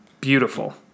Beautiful